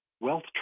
wealth